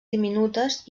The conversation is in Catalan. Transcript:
diminutes